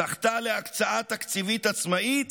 זכתה להקצאה תקציבית עצמאית,